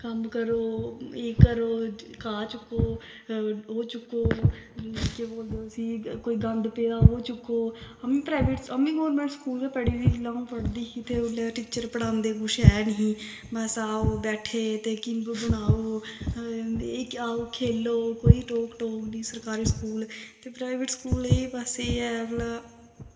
कम्म करो एह् करो घाह् चुक्को ओह् चुक्को केह् बोलदे उसी कोई गंद पेदा होग ओह् चुक्को अम्मी प्राइवेट अम्मी गौरमैंट स्कूल गै पढ़ी दी जेल्लै अ'ऊं पढ़दी ही ते उल्लै टीचर पढ़ांदे कुछ ऐ निहीं बस आओ बैठे ते किम्ब बनाओ एह् क्या ओह् खेलो कोई रोक टोक नी सरकारी स्कूल ते प्राइवेट स्कूल एह् बस एह् ऐ भला